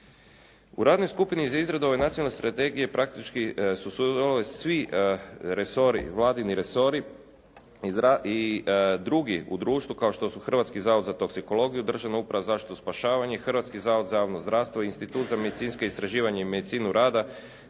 U radnoj skupini za izradu ove nacionalne strategije praktički su sudjelovali svi resori, Vladini resori i drugi u društvu kao što su Hrvatski zavod za toksikologiju, Državna uprava za zaštitu i spašavanje, Hrvatski zavod za javno zdravstvo, Institut za medicinska istraživanja i medicinu rada,